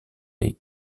les